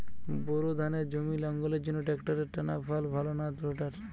Bore ধানের জমি লাঙ্গলের জন্য ট্রাকটারের টানাফাল ভালো না রোটার?